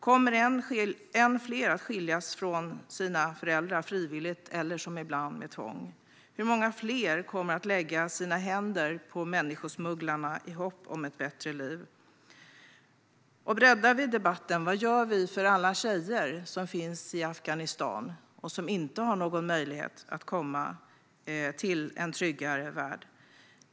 Kommer än fler att skiljas från sina föräldrar frivilligt eller, som ibland, med tvång? Hur många fler kommer att lägga sitt öde i människosmugglarnas händer i hopp om ett bättre liv? Breddar vi debatten kan vi fråga oss: Vad gör vi för alla tjejer som finns i Afghanistan och som inte har någon möjlighet att komma till en tryggare värld?